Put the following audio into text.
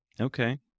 Okay